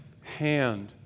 hand